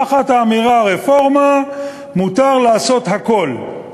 תחת האמירה רפורמה מותר לעשות הכול.